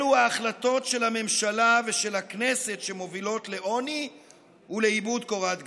אלו ההחלטות של הממשלה ושל הכנסת שמובילות לעוני ולאיבוד קורת גג.